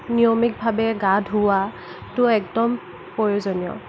নিয়মিতভাৱে গা ধোওৱাটো একদম প্ৰয়োজনীয়